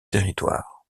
territoire